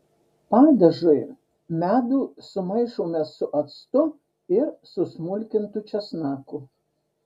padažui medų sumaišome su actu ir susmulkintu česnaku